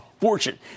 fortune